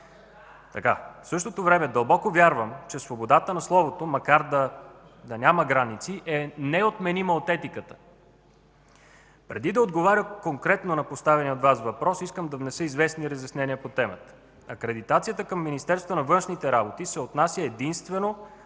В същото време дълбоко вярвам, че свободата на словото, макар да няма граници, е неотменима от етиката. Преди да отговоря конкретно на поставения от Вас въпрос, искам да внеса известни разяснения по темата. Акредитацията към Министерството на външните работи се отнася единствено